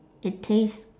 it tastes